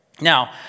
Now